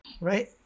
right